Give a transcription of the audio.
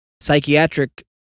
psychiatric